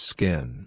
Skin